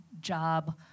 job